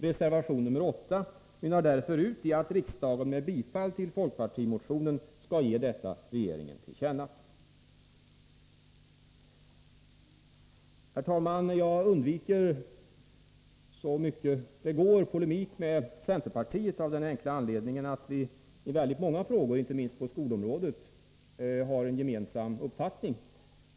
Reservation nr 8 mynnar därför ut i att riksdagen med bifall till folkpartimotionen skall ge detta regeringen till känna. Jag undviker, så mycket det går, polemik med centerpartiet av den enkla anledningen att vi i många frågor inte minst på skolområdet har en gemensam uppfattning.